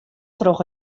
troch